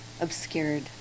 obscured